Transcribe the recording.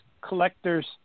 collectors